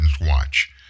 watch